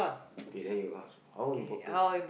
K then you ask how important